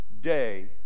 day